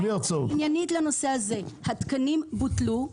עניינית לנושא הזה, התקנים בוטלו,